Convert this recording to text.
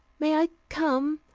may i come?